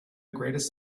greatest